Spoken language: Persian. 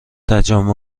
تجمع